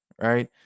right